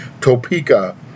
Topeka